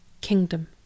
Kingdom